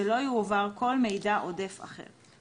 ולא יועבר כל מידע עודף אחר.".